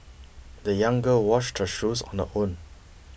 the young girl washed her shoes on her own